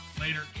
later